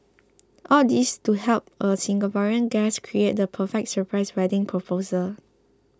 all this to help a Singaporean guest create the perfect surprise wedding proposal